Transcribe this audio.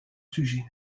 sujet